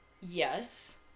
yes